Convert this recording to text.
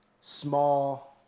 small